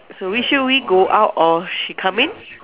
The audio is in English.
so we should we go out or she coming